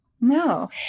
No